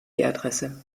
adresse